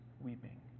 weeping